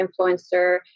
influencer